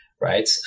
right